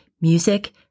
Music